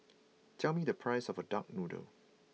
tell me the price of Duck Noodle